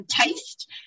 taste